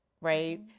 right